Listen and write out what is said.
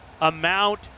amount